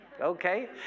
Okay